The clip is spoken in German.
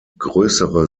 größere